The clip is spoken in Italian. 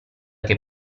che